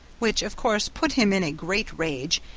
which of course put him in a great rage,